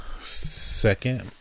second